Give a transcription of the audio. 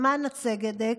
למען הצדק.